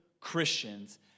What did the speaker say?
Christians